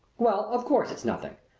well, of course, it's nothing.